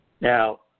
Now